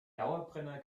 dauerbrenner